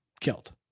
killed